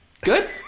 good